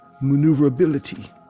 maneuverability